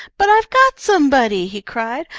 but i've got somebody! he cried.